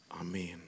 Amen